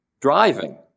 driving